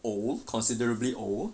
old considerably old